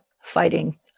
fighting